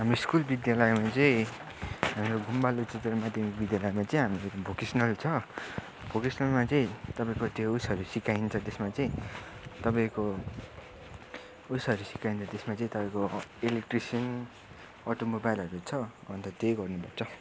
हाम्रो स्कुल विद्यालयमा चाहिँ हाम्रो घुम बाल उच्चतर माध्यमिक विद्यालयमा चाहिँ हाम्रो भोकेसनल छ भोकेसनलमा चाहिँ तपाईँको त्यो उइसहरू सिकाइन्छ त्यसमा चाहिँ तपाईँको उइसहरू सिकाइन्छ त्यसमा चाहिँ तपाईँको इलेक्ट्रिसियन अटोमोबाइलहरू छ अन्त त्यही गर्नुपर्छ